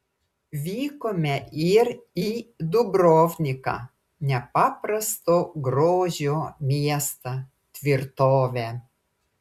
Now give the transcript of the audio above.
vykome ir į dubrovniką nepaprasto grožio miestą tvirtovę